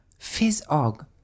Fizzog